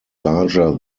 larger